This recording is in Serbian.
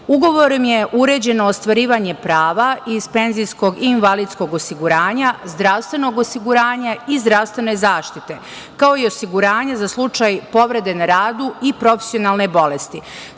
Kanade. Ugovorom je uređeno ostvarivanje prava iz penzijskog i invalidskog osiguranja, zdravstvenog osiguranje i zdravstvene zaštite, kao i osiguranja za slučaj povrede na radu i profesionalne bolesti. Takođe,